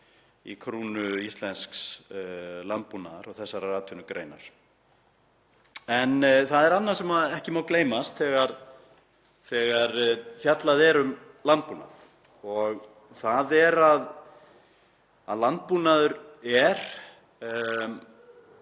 í krónu íslensks landbúnaðar og þessarar atvinnugreinar. Það er annað sem ekki má gleymast þegar fjallað er um landbúnað og það er að landbúnaður er